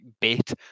bit